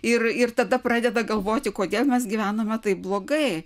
ir ir tada pradeda galvoti kodėl mes gyvename taip blogai